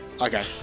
Okay